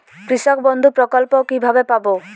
কৃষকবন্ধু প্রকল্প কিভাবে পাব?